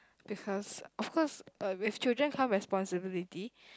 because of course uh with children come responsibility